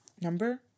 number